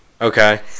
Okay